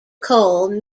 cole